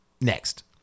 next